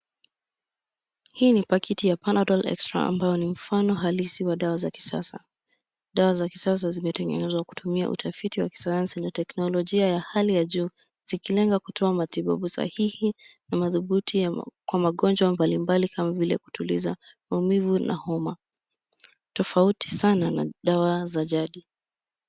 Hii ni pakiti ya Panadol Extra ambayo ni mfano halisi wa dawa za kisasa. Dawa za kisasa zimetengenezwa kutumia utafiti wa Kisayansi yenye teknolojia ya hali ya juu, zikilenga kutoa matibabu sahihi na madhubuti ya, kwa magonjwa mbali mbali kama vile kutuliza maumivu na homa. Tofauti sana na dawa za jadi.